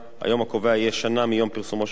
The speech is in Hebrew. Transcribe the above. היום הקובע יהיה שנה מיום פרסומו של החוק,